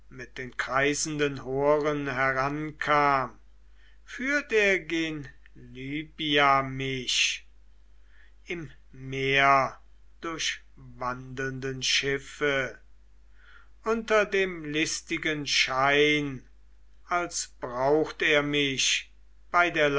mit den kreisenden horen herankam führt er gen libya mich im meerdurchwallenden schiffe unter dem listigen schein als braucht er mich bei der